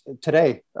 today